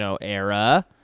era